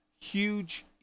Huge